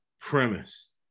premise